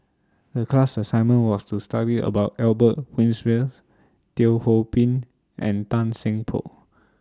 The class assignment was to study about Albert Winsemius Teo Ho Pin and Tan Seng Poh